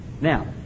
now